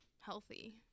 healthy